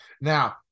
Now